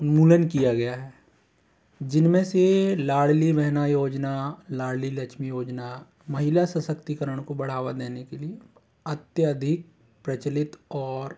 उन्मूलन किया गया है जिन में से लाड़ली बहन योजना लाड़ली लक्ष्मी योजना महिला सशक्तिकरण को बढ़ावा देने के लिए अत्यधिक प्रचलित और